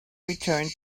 returned